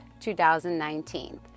2019